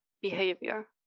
behavior